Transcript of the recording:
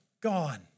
Gone